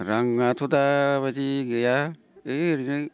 रांआथ' दाबादि गैया है ओरैनो